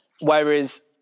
Whereas